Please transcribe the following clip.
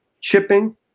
chipping